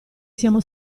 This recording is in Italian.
siamo